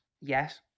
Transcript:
Yes